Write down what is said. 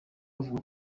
avuga